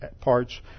parts